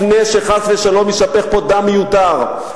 לפני שחס ושלום יישפך פה דם מיותר.